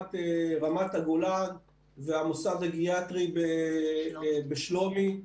רמת הגולן והמוסד הגריאטרי בשלומי,